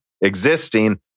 existing